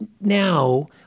now